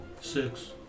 six